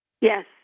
Yes